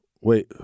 Wait